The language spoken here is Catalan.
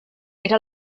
era